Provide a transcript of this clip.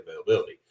availability